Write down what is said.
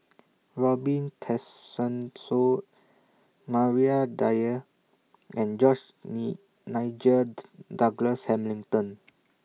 Robin Tessensohn Maria Dyer and George Nigel Douglas Hamilton